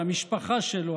על המשפחה שלו,